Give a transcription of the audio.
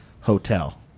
hotel